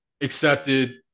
accepted